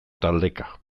taldeka